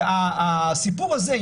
הסיפור הזה,